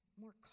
More